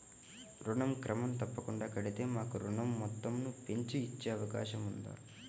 ఋణం క్రమం తప్పకుండా కడితే మాకు ఋణం మొత్తంను పెంచి ఇచ్చే అవకాశం ఉందా?